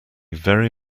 very